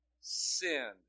sin